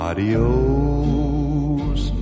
Adios